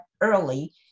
early